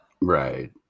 right